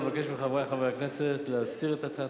אבקש מחברי חברי הכנסת להסיר את הצעת